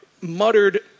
muttered